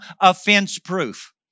offense-proof